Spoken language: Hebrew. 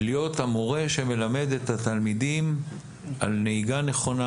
להיות המורה שמלמד את התלמידים על נהיגה נכונה,